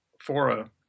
fora